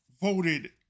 voted